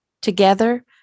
Together